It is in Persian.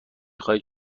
خواهید